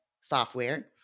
software